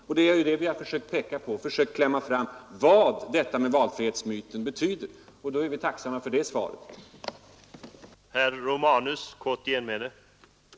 Vad vi har försökt peka på och klämma fram är ju just detta vad valfrihetsmyten betyder, och därför är vi tacksamma för det svar som här har lämnats.